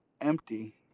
empty